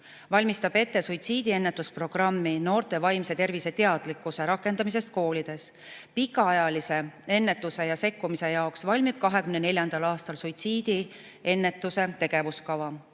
valmistab ette suitsiidiennetusprogrammi noorte vaimse tervise teadlikkusest koolides rakendamiseks. Pikaajalise ennetuse ja sekkumise jaoks valmib 2024. aastal suitsiidiennetuse tegevuskava. Eesti